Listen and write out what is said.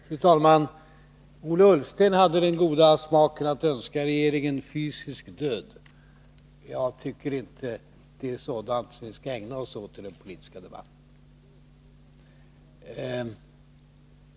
Fru talman! Ola Ullsten hade den goda smaken att önska regeringen fysisk död. Jag tycker inte att det är sådant vi skall ägna oss åt i den politiska debatten.